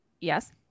Yes